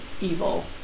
evil